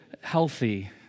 healthy